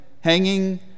Hanging